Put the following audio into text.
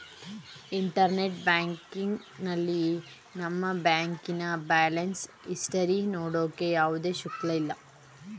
internet ಬ್ಯಾಂಕಿಂಗ್ನಲ್ಲಿ ನಮ್ಮ ಬ್ಯಾಂಕಿನ ಬ್ಯಾಲೆನ್ಸ್ ಇಸ್ಟರಿ ನೋಡೋಕೆ ಯಾವುದೇ ಶುಲ್ಕ ಇಲ್ಲ